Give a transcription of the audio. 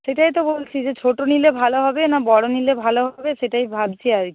সেটাই তো বলছি যে ছোটো নিলে ভালো হবে না বড় নিলে ভালো হবে সেটাই ভাবছি আর কি